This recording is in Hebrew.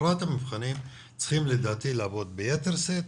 לקראת המבחנים צריכים לדעתי לעבוד ביתר שאת,